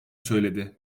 söyledi